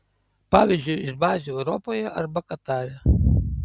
pavyzdžiui iš bazių europoje arba katare